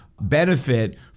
benefit